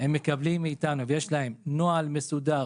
מקבלים מאיתנו נוהל מסודר